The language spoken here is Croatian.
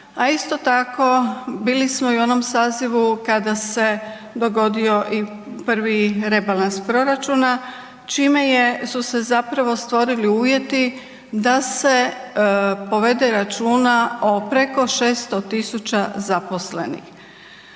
a isto tako bili smo i u onom sazivu kada se dogodio i prvi rebalans proračuna, čime je su se zapravo stvorili uvjeti da se povede računa od preko 600 tisuća zaposlenih.